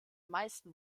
meisten